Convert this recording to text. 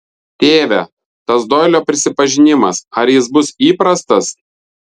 tėve tas doilio prisipažinimas ar jis bus įprastas